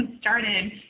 started